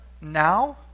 now